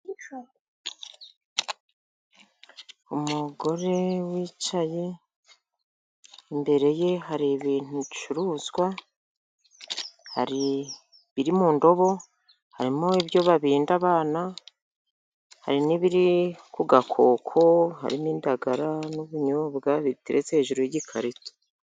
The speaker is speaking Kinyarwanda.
Umugore wicaye, imbere ye hari ibintu bicuruzwa, hari ibiri mu ndobo, harimo ibyo babinda abana, hari n'ibiri ku gakoko harimo indagara n'ubunyobwa, biteretse hejuru y'ikarito.